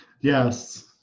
Yes